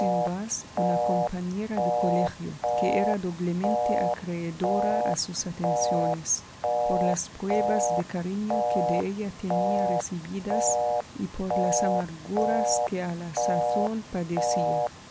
una compañera de colegio que era doblemente acreedora a sus atenciones por las pruebas de cariño que de ella tenía recibidas y por las amarguras que a la sazón padecía